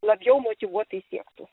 labjau motyvuotai siektų